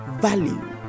value